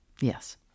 Yes